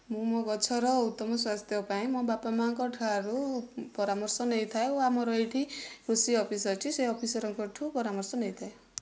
ମୁଁ ମୋ ଗଛର ଉତ୍ତମ ସ୍ୱାସ୍ଥ୍ୟ ପାଇଁ ମୋ ବାପା ମାଆଙ୍କ ଠାରୁ ପରାମର୍ଶ ନେଇଥାଏ ଓ ଆମର ଏହିଠି କୃଷି ଅଫିସ ଅଛି ସେହି ଅଫିସରଙ୍କ ଠୁ ପରାମର୍ଶ ନେଇଥାଏ